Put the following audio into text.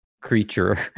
creature